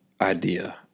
idea